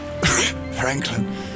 Franklin